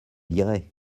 lirai